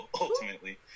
ultimately